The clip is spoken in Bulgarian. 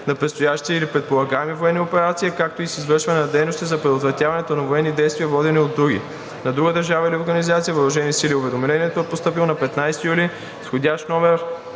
на предстоящи или предполагаеми военни операции, както и с извършването на дейности за предоставянето на военни действия, водени от други на (друга държава или организация) въоръжени сили. Уведомлението е постъпило на 15 юли 2022 г.,